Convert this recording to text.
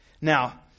Now